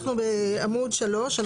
אנחנו בעמוד 3,